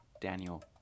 Daniel